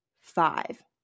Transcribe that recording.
five